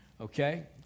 okay